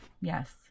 yes